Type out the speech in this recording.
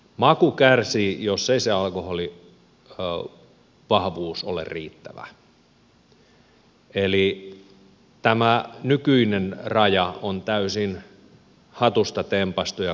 maku kärsii jos ei se alkoholivahvuus ole riittävä eli tämä nykyinen raja on täysin hatusta tempaistu ja kukkahatusta nimenomaan